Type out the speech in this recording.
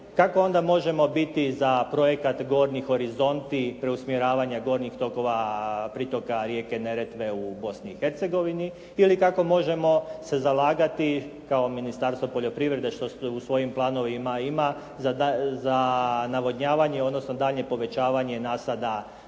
kako onda možemo za projekat Gornji horizonti preusmjeravanja gornjih tokova, pritoka rijeke Neretve u Bosni i Hercegovini ili kako možemo se zalagati kao Ministarstvo poljoprivrede što u svojim planovima ima za navodnjavanje odnosno daljnje povećavanje nasada